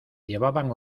llevaban